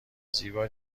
زیبا